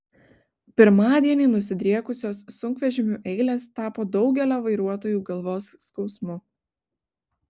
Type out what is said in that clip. pirmadienį nusidriekusios sunkvežimių eilės tapo daugelio vairuotojų galvos skausmu